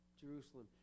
Jerusalem